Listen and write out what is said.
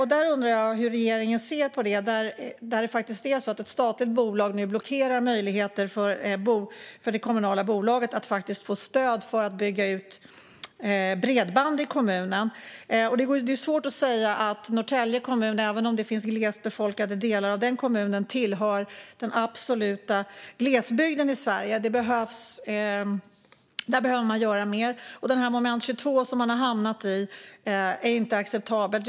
Jag undrar hur regeringen ser på att ett statligt bolag nu blockerar möjligheter för det kommunala bolaget att få stöd för att bygga ut bredband i kommunen. Det är svårt att säga att Norrtälje kommun, även om det finns glest befolkade delar i den kommunen, tillhör den absoluta glesbygden i Sverige. Där behöver man göra mer. Detta moment 22, som man har hamnat i, är inte acceptabelt.